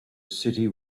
city